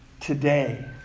Today